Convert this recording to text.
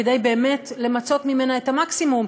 כדי באמת למצות ממנה את המקסימום,